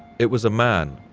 it was a man,